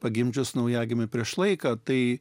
pagimdžius naujagimį prieš laiką tai